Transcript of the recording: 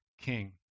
king